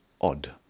odd